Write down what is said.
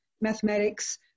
mathematics